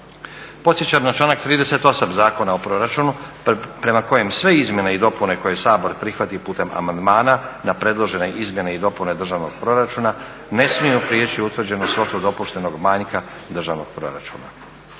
Podsjećam na članak 38. Zakona o proračunu prema kojem sve izmjene i dopune koje Sabor prihvati putem amandmana na predložene izmjene i dopune državnog proračuna ne smiju prijeći utvrđenu svotu dopuštenog manjka državnog proračuna.